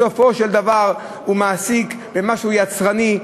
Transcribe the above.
בסופו של דבר מעסיק אחרים במשהו יצרני,